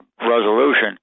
resolution